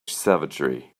savagery